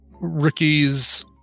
rookies